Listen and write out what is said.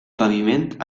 paviment